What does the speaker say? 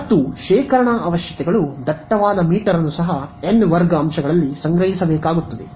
ಮತ್ತು ಶೇಖರಣಾ ಅವಶ್ಯಕತೆಗಳು ದಟ್ಟವಾದ ಮೀಟರ್ ಅನ್ನು ಸಹ n ವರ್ಗ ಅಂಶಗಳಲ್ಲಿ ಸಂಗ್ರಹಿಸಬೇಕಾಗುತ್ತದೆ